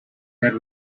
dad